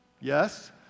Yes